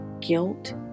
guilt